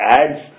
adds